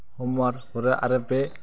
homework हरो आरो बे